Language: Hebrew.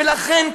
ולכן,